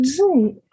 Right